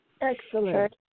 Excellent